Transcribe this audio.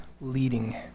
leading